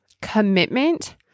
Commitment